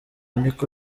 niko